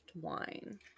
wine